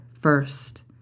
first